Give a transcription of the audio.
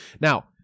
Now